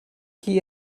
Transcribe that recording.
qui